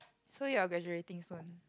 so you are graduating soon